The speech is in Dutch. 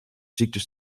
ziektes